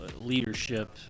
leadership